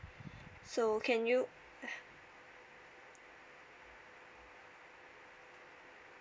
so can you